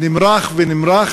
נמרח ונמרח,